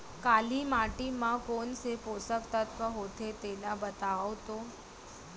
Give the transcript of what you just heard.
काली माटी म कोन से पोसक तत्व होथे तेला बताओ तो?